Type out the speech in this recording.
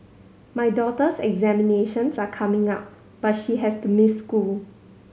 my daughter's examinations are coming up but she has to miss school